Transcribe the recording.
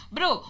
Bro